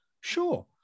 Sure